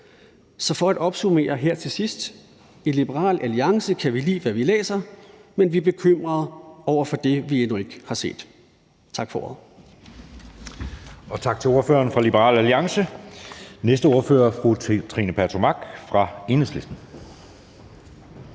Så for at opsummere her til sidst: I Liberal Alliance kan vi lide, hvad vi læser, men vi er bekymrede over det, vi endnu ikke har set. Tak for ordet.